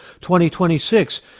2026